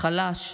חלש,